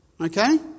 Okay